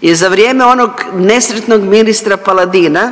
je za vrijeme onog nesretnog ministra Paladina